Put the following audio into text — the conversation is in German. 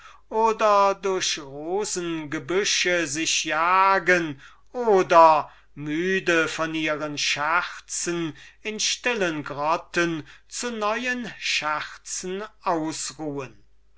oder durch rosengebüsche sich jagen oder müde von ihren scherzen in stillen grotten zu neuen scherzen ausruhen